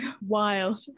wild